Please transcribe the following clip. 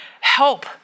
help